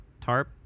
tarp